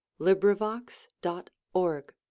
LibriVox.org